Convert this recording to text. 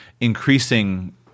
increasing